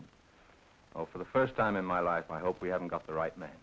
and for the first time in my life i hope we haven't got the right man